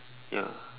ya